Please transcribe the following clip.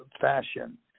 fashion